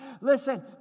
Listen